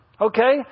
okay